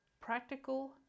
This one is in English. Practical